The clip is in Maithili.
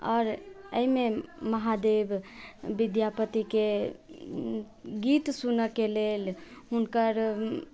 आओर एहिमे महादेव विद्यापति के गीत सुनऽके लेल हुनकर